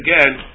again